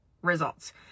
results